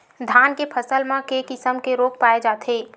धान के फसल म के किसम के रोग पाय जाथे?